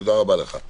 תודה רבה לך.